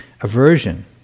aversion